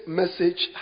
message